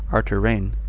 are to reign,